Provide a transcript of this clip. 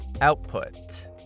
Output